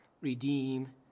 redeem